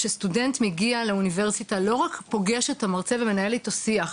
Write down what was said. כאשר סטודנט מגיע לאוניברסיטה לא רק פוגש את המרצה ומנהל איתו שיח,